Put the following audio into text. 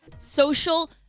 Social